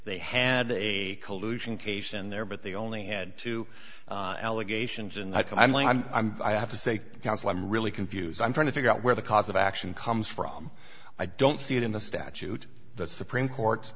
they had a collusion case in there but they only had to an allegation and i'm like i'm i have to say counsel i'm really confused i'm trying to figure out where the cause of action comes from i don't see it in the statute the supreme court